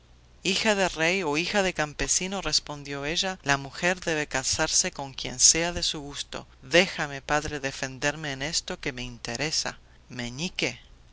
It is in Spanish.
hija de rey o hija de campesino respondió ella la mujer debe casarse con quien sea de su gusto déjame padre defenderme en esto que me interesa